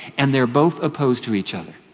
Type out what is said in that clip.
and they're both opposed to each other.